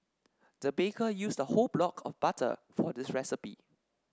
the baker used a whole block of butter for this recipe